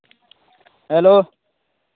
hello